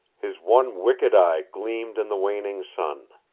his one wicked eye gleamed in the waning sun.